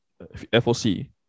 FOC